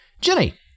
Jenny